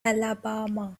alabama